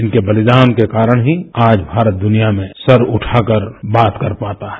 इनके बलिदान के कारण ही आज भारत दुनिया में सर उठाकर बात कर पाता है